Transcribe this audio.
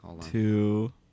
two